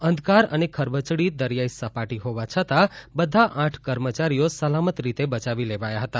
અંધકાર અને ખરબચડી દરિયાઈ સપાટી હોવા છતાં બધા આઠ કર્મચારીઓ સલામત રીતે બચાવી લેવાયા હતા